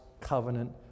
covenant